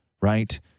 right